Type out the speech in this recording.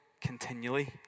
continually